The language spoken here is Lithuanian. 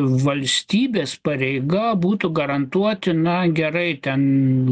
valstybės pareiga būtų garantuoti na gerai ten